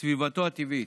וסביבתו הטבעית.